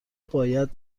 باید